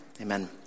Amen